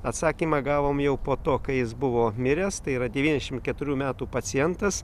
atsakymą gavom jau po to kai jis buvo miręs tai yra devyniasdešimt keturių metų pacientas